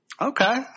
Okay